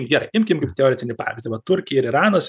gerai imkim kaip teoretinį pavyzdį va turkija ir iranas